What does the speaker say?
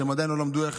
שהם עדיין לא למדו איך